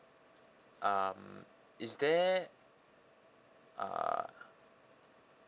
um is there uh